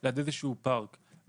לעומת רעש אחר בשטחי מגורים,